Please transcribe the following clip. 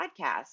podcast